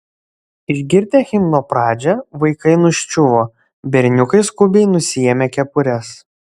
išgirdę himno pradžią vaikai nuščiuvo berniukai skubiai nusiėmė kepures